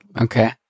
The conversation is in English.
Okay